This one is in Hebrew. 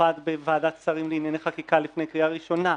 שטורפד בוועדת השרים לענייני חקיקה לפני הקריאה הראשונה,